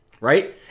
right